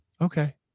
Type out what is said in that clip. Okay